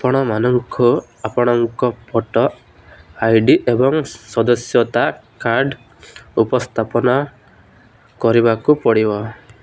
ଆପଣଙ୍କୁ ଆପଣଙ୍କ photo I D ଏବଂ ସଦସ୍ୟତା କାର୍ଡ଼ ଉପସ୍ଥାପନ କରିବାକୁ ପଡ଼ିବ